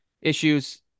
issues